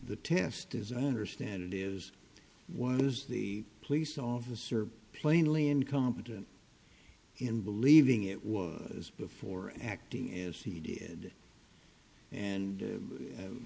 the test as i understand it is one is the police officer plainly incompetent in believing it was before acting as he did and